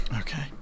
Okay